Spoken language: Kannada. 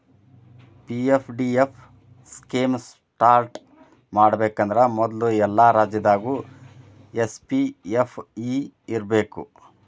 ಪಿ.ಎಫ್.ಡಿ.ಎಫ್ ಸ್ಕೇಮ್ ಸ್ಟಾರ್ಟ್ ಮಾಡಬೇಕಂದ್ರ ಮೊದ್ಲು ಎಲ್ಲಾ ರಾಜ್ಯದಾಗು ಎಸ್.ಪಿ.ಎಫ್.ಇ ಇರ್ಬೇಕು